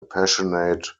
passionate